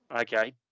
Okay